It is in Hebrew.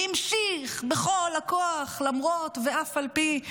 והמשיך בכל הכוח למרות ואף על פי.